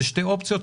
אלה שתי אופציות.